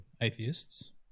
atheists